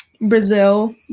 Brazil